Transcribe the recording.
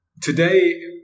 today